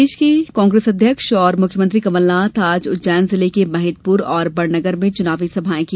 प्रदेश कांग्रेस अध्यक्ष और मुख्यमंत्री कमलनाथ आज उज्जैन जिले के महिदपुर और बड़नगर में चुनावी सभायें की